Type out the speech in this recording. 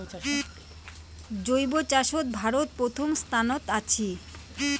জৈব চাষত ভারত প্রথম স্থানত আছি